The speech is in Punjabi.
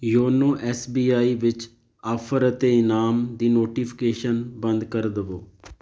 ਯੋਨੋ ਐੱਸ ਬੀ ਆਈ ਵਿੱਚ ਆਫ਼ਰ ਅਤੇ ਇਨਾਮ ਦੀ ਨੋਟੀਫਿਕੇਸ਼ਨ ਬੰਦ ਕਰ ਦਵੋ